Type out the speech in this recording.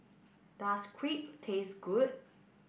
does Crepe taste good